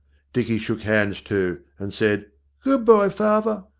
dicky shook hands too, and said good bye, father!